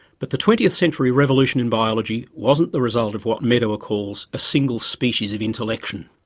but the twentieth century revolution in biology wasn't the result of what medawar calls a single species of intellection.